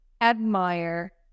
admire